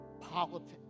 politics